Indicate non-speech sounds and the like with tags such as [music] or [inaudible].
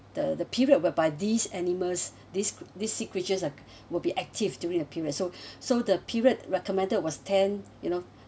the the period whereby these animals these these sea creatures are will be active during the period so [breath] so the period recommended was tenth you know